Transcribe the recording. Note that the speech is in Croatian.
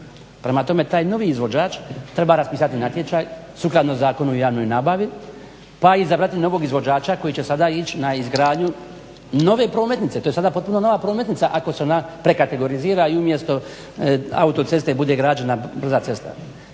Prema tome, taj novi izvođač treba raspisati natječaj sukladno Zakonu o javnoj nabavi pa izabrati novog izvođača koji će sada ići na izgradnju nove prometnice, to je sada potpuno nova prometnica ako se ona prekategorizira i umjesto autoceste bude građena brza cesta.